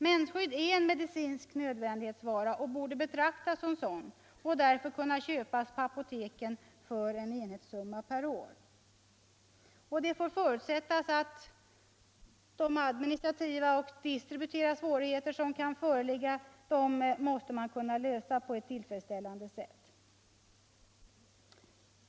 Mensskydd är en medicinsk nödvändighetsvara och borde betraktas som en sådan och därför kunna köpas på apoteken för en viss enhetssumma per år. Det får förutsättas att de administrativa och distributiva svårigheter som kan föreligga måste kunna lösas på ett tillfredsställande sätt.